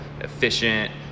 efficient